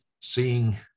seeing